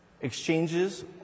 Exchanges